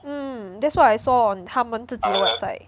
mm that's what I saw on 他们自己的 website